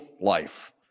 life